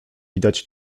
widać